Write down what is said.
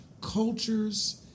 cultures